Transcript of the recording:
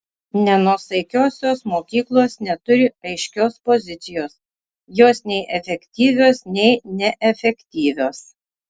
nenuosaikiosios mokyklos neturi aiškios pozicijos jos nei efektyvios nei neefektyvios